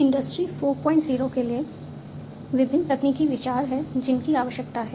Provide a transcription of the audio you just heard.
industry 40 के लिए विभिन्न तकनीकी विचार हैं जिनकी आवश्यकता है